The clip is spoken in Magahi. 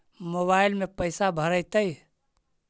मोबाईल में पैसा भरैतैय?